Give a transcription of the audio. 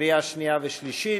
לקריאה שנייה ושלישית.